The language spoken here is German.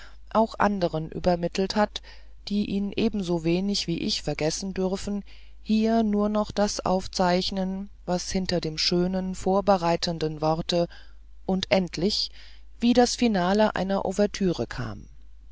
auch anderen übermittelt hat die ihn ebensowenig wie ich vergessen dürften hier nur noch das aufzeichnen was hinter dem schönen vorbereitenden worte und endlich wie das finale einer ouverture kam